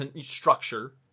structure